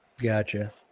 Gotcha